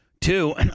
Two